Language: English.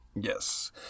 Yes